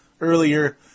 earlier